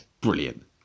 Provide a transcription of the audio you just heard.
brilliant